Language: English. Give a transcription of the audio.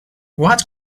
what